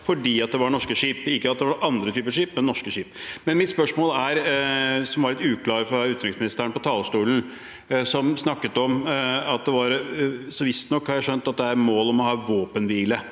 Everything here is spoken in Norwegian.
– at det var norske skip, ikke at det var andre typer skip, men norske skip. Mitt spørsmål er: Det var litt uklart fra utenriksministeren på talerstolen. Han snakket om at det visstnok – har jeg